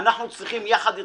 אנחנו צריכים ביחד אתכם,